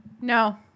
No